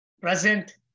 present